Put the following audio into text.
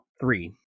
three